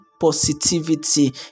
positivity